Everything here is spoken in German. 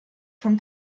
von